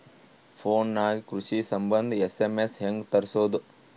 Phone ನಾಗೆ ಕೃಷಿ ಸಂಬಂಧ ಎಸ್.ಎಮ್.ಎಸ್ ಹೆಂಗ ತರಸೊದ?